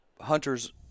hunters